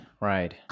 right